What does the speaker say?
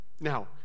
Now